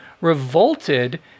revolted